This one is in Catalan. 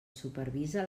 supervisa